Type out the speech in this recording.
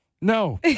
No